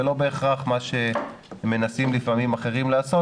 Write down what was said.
ולא בהכרח מה שמנסים לפעמים אחרים לעשות,